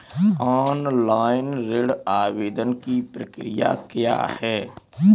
Online ऋण आवेदन की प्रक्रिया क्या है?